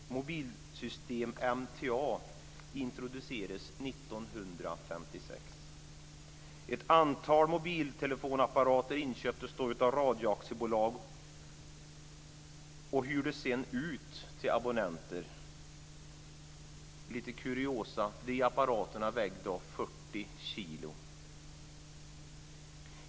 Mobilsystem MTA introducerades 1956. Ett antal mobiltelefonapparater köptes in av Radioaktiebolaget och hyrdes sedan ut till abonnenterna. Lite kuriosa: Dessa apparater vägde 40 kilo!